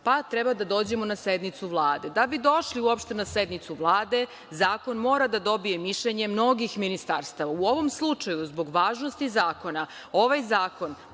pa treba da dođemo na sednicu Vlade. Da bi došli uopšte na sednicu Vlade, zakon mora da dobije mišljenje mnogih ministarstava.U ovom slučaju, zbog važnosti zakona, ovaj zakon